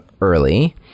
early